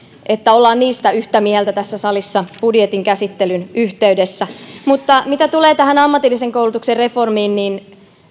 jotta olemme niistä yhtä mieltä tässä salissa budjetin käsittelyn yhteydessä mutta mitä tulee tähän ammatillisen koulutuksen reformiin niin